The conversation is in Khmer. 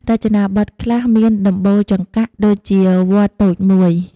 រចនាបទខ្លះមានដំបូលចង្កាក់ ដូចជាវត្តតូចមួយ។